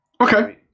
Okay